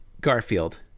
Garfield